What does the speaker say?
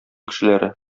кешеләре